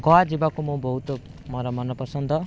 ଗୋଆ ଯିବାକୁ ମୁ ବହୁତ ମୋର ମନ ପସନ୍ଦ